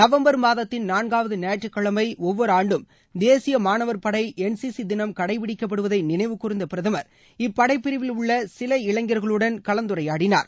November மாதத்தின் நான்காவது ஞாயிற்றுக்கிழமை ஒவ்வொரு ஆண்டும் தேசிய மாணவர் படை என் சி சி தினம் கடைபிடிக்கப்படுவதை நினைவுகூர்ந்த பிரதமர் இப்படை பிரிவில் உள்ள சில இளைஞர்களுடன் கலந்துரையாடினார்